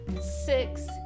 Six